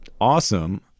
awesome